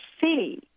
see